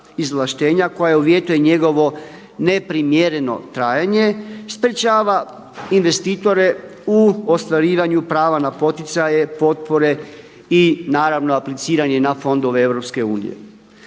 koja uvjetuje njegovo neprimjereno trajanje sprječava investitore u ostvarivanju prava na poticaje, potpore i naravno apliciranje na fondove EU.